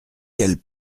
quelle